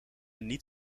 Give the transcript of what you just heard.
niet